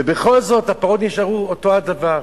ובכל זאת הפרות נשארו אותו הדבר.